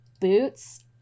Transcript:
boots